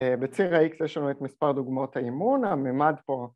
‫בציר ה-X יש לנו את מספר דוגמאות ‫האימון, הממד פה...